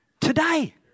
today